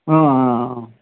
অঁ অঁ অঁ